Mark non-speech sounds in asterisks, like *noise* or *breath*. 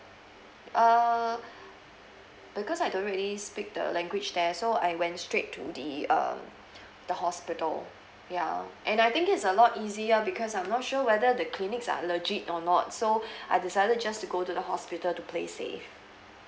err because I don't really speak the language there so I went straight to the um the hospital ya and I think is a lot easier because I'm not sure whether the clinics are legit or not so *breath* I decided just to go to the hospital to play safe